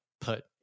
put